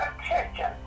attention